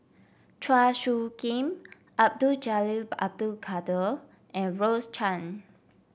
Chua Soo Khim Abdul Jalil Abdul Kadir and Rose Chan